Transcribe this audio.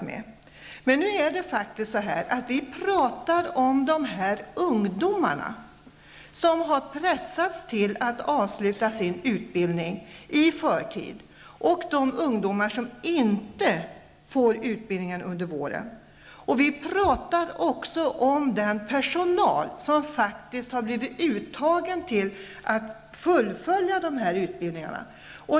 Men nu talar vi faktiskt om dessa ungdomar, som i förtid har pressats till att avsluta sin utbildning och som inte får utbildning under våren. Vi talar också om den personal som faktiskt har blivit uttagen till att fullfölja dessa utbildningar.